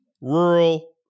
rural